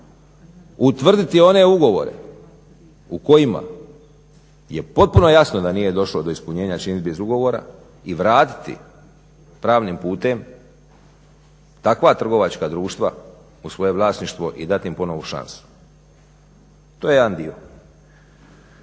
utvrditi one ugovore u kojima je potpuno jasno da nije došlo do ispunjenja činidbe iz ugovora i vratiti pravnim putem takva trgovačka društva u svoje vlasništvo i dati im ponovno šansu? To je jedan dio.